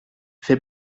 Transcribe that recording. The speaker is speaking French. fait